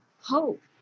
hope